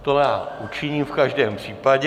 To já učiním v každém případě.